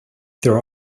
there